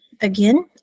Again